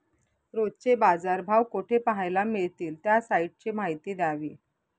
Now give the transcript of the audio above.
रोजचे बाजारभाव कोठे पहायला मिळतील? त्या साईटची माहिती द्यावी